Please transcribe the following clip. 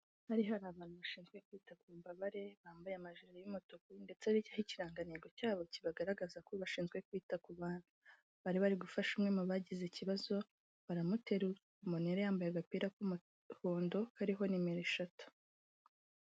Hari hari abantu bashinzwe kwita ku mbabare bambaye amajiri y'umutuku ndetse hariho ikirangango cyabo kibagaragaza ko bashinzwe kwita ku bantu, bari bari gufasha umwe mu bagize ikibazo baramutera, uwo muntu yari yambaye agapira k'umuhondo kariho nimero eshatu.